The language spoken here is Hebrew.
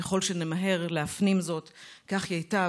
ככל שנמהר להפנים זאת כך ייטב.